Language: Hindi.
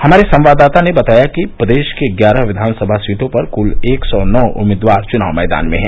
हमारे संवाददाता ने बताया कि प्रदेश की ग्यारह विधानसभा सीटों पर कृल एक सौ नौ उम्मीदवार चुनाव मैदान में हैं